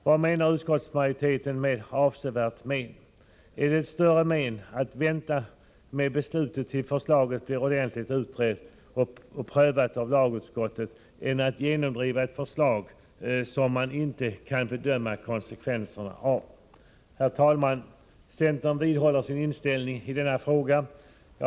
Vad menar utskottsmajoriteten med avsevärt men? Är det ett större men att vänta med beslutet tills förslaget blir ordentligt utrett och prövat än att genomdriva ett förslag som man inte kan bedöma konsekvenserna av? Herr talman! Centern vidhåller sin inställning i denna fråga.